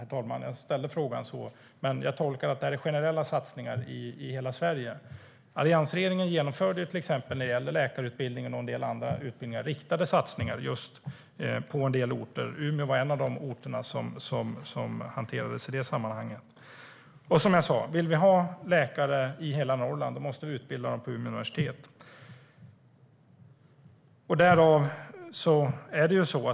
Jag tolkar hennes svar på min fråga som att det handlar om generella satsningar i hela Sverige. Alliansregeringen genomförde när det gäller läkarutbildningen och en del andra utbildningar riktade satsningar på en del orter. Umeå var en av de orter som hanterades i det sammanhanget. Som jag sa: Vill vi ha läkare i hela Norrland måste vi utbilda dem på Umeå universitet.